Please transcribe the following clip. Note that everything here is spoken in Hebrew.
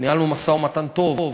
ניהלנו משא-ומתן טוב.